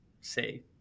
say